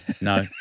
No